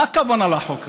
מה הכוונה בחוק הזה?